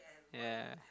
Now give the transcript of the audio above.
yea